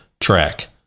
track